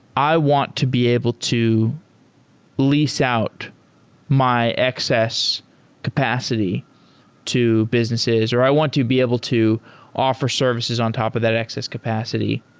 i want to be able to lease out my excess capacity to businesses or i want to be able to offer services on top of that excess capacity.